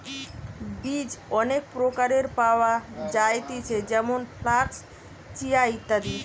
বীজ অনেক প্রকারের পাওয়া যায়তিছে যেমন ফ্লাক্স, চিয়া, ইত্যাদি